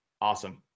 Awesome